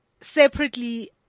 separately